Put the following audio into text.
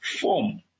form